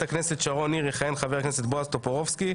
הכנסת שרון ניר יכהן חבר הכנסת בועז טופורובסקי,